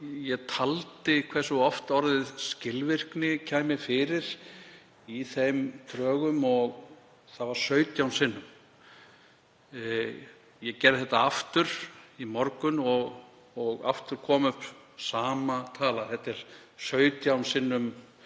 að telja hversu oft orðið skilvirkni kæmi fyrir í þeim drögum og það var 17 sinnum. Ég gerði það aftur í morgun og aftur kom upp sama tala, 17 sinnum